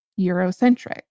Eurocentric